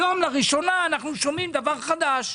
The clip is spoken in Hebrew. היום לראשונה אנחנו שומעים דבר חדש,